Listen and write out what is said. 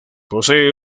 posee